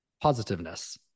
positiveness